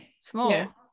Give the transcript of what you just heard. Small